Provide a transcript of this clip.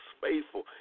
faithful